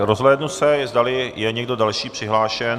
Rozhlédnu se, zdali je někdo další přihlášen.